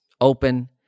open